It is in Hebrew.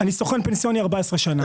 אני סוכן פנסיוני 14 שנים.